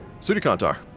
Sudikantar